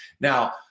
Now